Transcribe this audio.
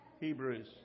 Hebrews